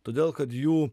todėl kad jų